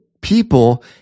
people